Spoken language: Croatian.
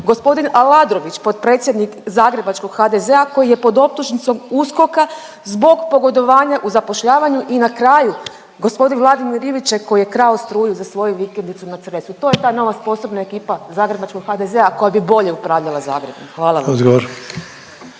Gospodin Aladrović, potpredsjednik zagrebačkog HDZ-a koji je pod optužnicom USKOK-a zbog pogodovanja u zapošljavanju i na kraju gospodin Vladimir Iviček koji je krao struju za svoju vikendicu na Cresu. To je ta nova sposobna ekipa zagrebačkog HDZ-a koja bi bolje upravljala Zagrebom. Hvala vam.